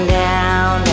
down